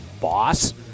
boss